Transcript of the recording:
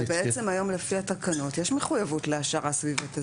היום לפי התקנות יש מחויבות להעשרה סביבתית,